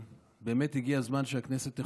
שבאמת הגיע הזמן שהכנסת תחוקק.